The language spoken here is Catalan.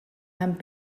amb